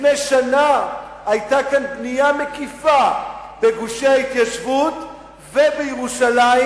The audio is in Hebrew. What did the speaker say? לפני שנה היתה כאן בנייה מקיפה בגושי ההתיישבות ובירושלים,